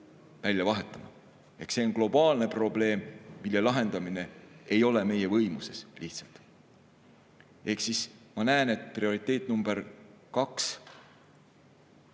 välja vahetama. See on globaalne probleem, mille lahendamine ei ole meie võimuses lihtsalt. Ehk siis ma näen, et prioriteet number kaks,